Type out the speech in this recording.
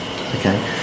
Okay